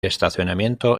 estacionamiento